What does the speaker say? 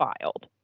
filed